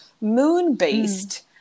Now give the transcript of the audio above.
moon-based